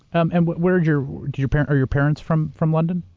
um and what were your your parents. are your parents from from london?